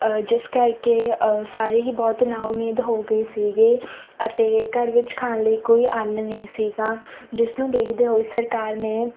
ਜਿਸ ਕਰਕੇ ਸਾਰੇ ਹੀ ਬਹੁਤ ਨਾ ਉਮੀਦ ਹੋ ਗਈ ਸੀਗੇ ਅਤੇ ਘਰ ਵਿੱਚ ਖਾਣ ਲਈ ਕੋਈ ਅੰਨ ਨਹੀਂ ਸੀਗਾ ਜਿਸ ਨੂੰ ਦੇਖਦੇ ਹੋਏ ਸਰਕਾਰ ਨੇ